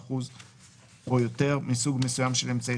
ב-20% או יותר מסוג מסוים של אמצעי